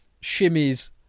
shimmies